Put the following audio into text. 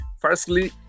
Firstly